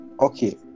okay